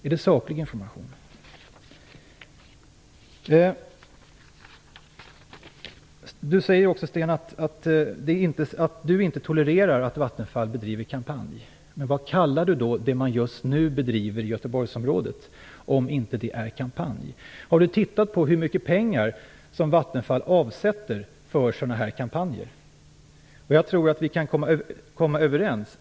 Är det verkligen saklig information? Sten Heckscher säger också att han inte tolererar att Vattenfall bedriver kampanj? Vad kallar Sten Heckscher då det Vattenfall just nu bedriver i Göteborgsområdet? Är inte det en kampanj så säg. Har näringsministern undersökt hur mycket pengar som Vattenfall avsätter för sådana här kampanjer? Jag tror att vi kan komma överens.